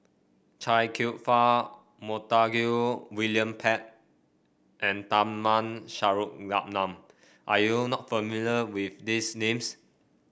Chia Kwek Fah Montague William Pett and Tharman Shanmugaratnam are you not familiar with these names